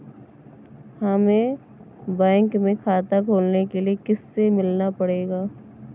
हमे बैंक में खाता खोलने के लिए किससे मिलना पड़ेगा?